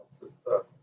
Sister